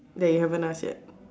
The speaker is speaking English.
that you haven't ask yet